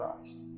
christ